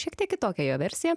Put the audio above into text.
šiek tiek kitokia jo versija